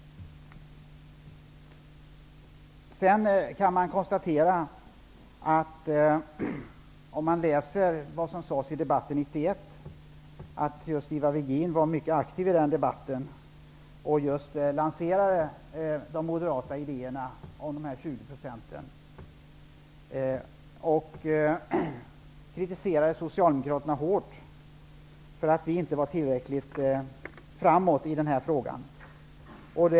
Ivar Virgin var mycket aktiv i debatten 1991 och lanserade de moderatera idéerna om en minskning med 20 %. Han kritiserade oss socialdemokrater hårt för att vi inte var tillräckligt framåt i denna fråga.